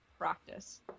practice